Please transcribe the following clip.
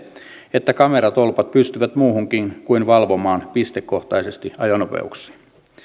että kameratolpat pystyvät muuhunkin kuin valvomaan pistekohtaisesti ajonopeuksia